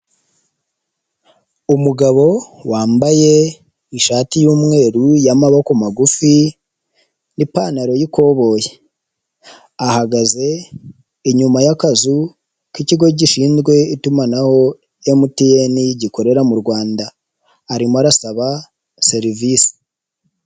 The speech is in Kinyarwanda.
Umugabo wambaye ishati y'umweru y'amaboko magufi n'ipantaro y'ikoboyi. Ahagaze inyuma y'akazu k'ikigo gishinzwe itumanaho MTN gikorera mu Rwanda, arimo arasaba serivisi.